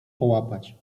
połapać